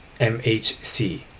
MHC